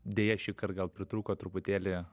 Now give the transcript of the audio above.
deja šįkart gal pritrūko truputėlį